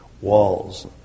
walls